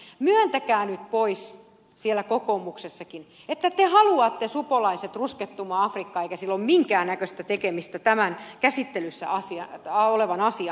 myöntäkää nyt pois siellä kokoomuksessakin että te haluatte supolaiset ruskettumaan afrikkaan eikä sillä ole minkään näköistä tekemistä tämän käsittelyssä olevan asian kanssa